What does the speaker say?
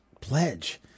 pledge